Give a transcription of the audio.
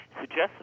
suggests